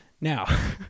Now